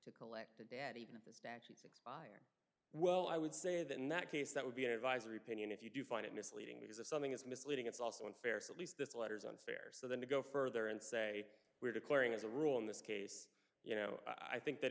to collect the data even if it's to actually expire well i would say that in that case that would be an advisory opinion if you do find it misleading because if something is misleading it's also unfair so at least this letter's unfair so then to go further and say we're declaring as a rule in this case you know i think that